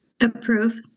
approve